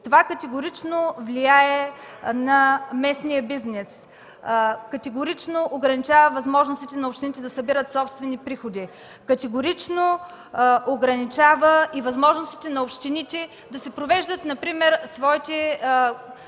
Това категорично влияе на местния бизнес, категорично ограничава възможностите на общините да събират собствени приходи, ограничава и възможностите на общините да си провеждат например своите